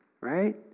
Right